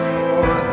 more